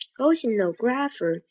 oceanographer